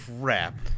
Crap